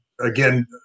again